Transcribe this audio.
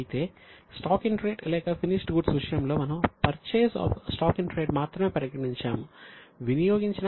అయితే stock in trade లేక finished goods విషయం లో మనము purchase of stock in trade మాత్రమే పరిగణించాము వినియోగించిన వాస్తవ కొనుగోలును కాదు